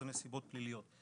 אלה נסיבות פליליות.